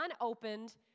unopened